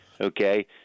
Okay